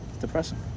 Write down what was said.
depressing